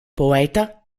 poeta